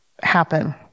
happen